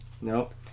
Nope